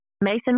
Mason